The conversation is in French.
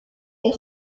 est